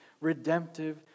redemptive